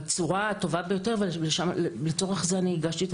בצורה הטובה ביותר ולצורך זה אני הגשתי את